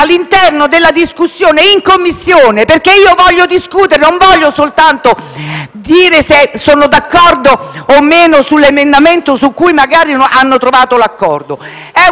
all'interno della discussione nelle Commissioni, perché io voglio discutere e non voglio soltanto dire se sono d'accordo o meno sull'emendamento su cui magari è stato già trovato l'accordo. È una